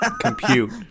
compute